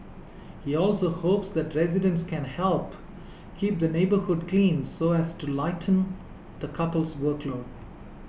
he also hopes that residents can help keep the neighbourhood clean so as to lighten the couple's workload